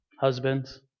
Husbands